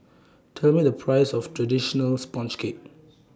Tell Me The Price of Traditional Sponge Cake